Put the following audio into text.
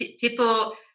people